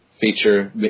feature